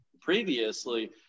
previously